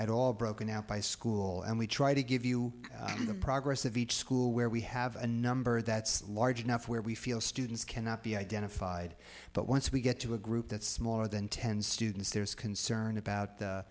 at all broken out by school and we try to give you the progress of each school where we have a number that's large enough where we feel students cannot be identified but once we get to a group that's smaller than ten students there's concern about